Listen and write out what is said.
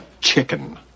chicken